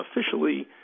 officially